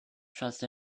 trust